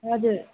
हजुर